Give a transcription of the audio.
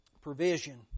provision